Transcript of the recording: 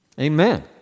Amen